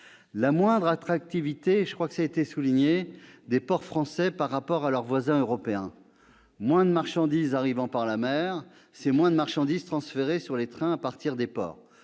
une moindre attractivité des ports français par rapport à leurs voisins européens : moins de marchandises arrivant par la mer, c'est moins de marchandises transférées sur les trains à partir des ports.